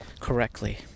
correctly